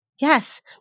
Yes